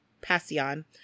Passion